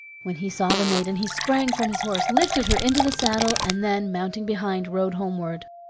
when he saw the maiden he sprang from his horse, lifted her into the saddle, and then, mounting behind, rode homeward.